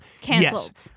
Cancelled